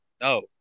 no